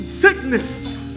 sickness